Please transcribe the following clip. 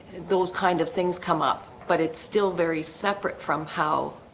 those kind of things come up, but it's still very separate from how